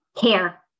care